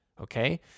Okay